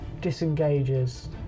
disengages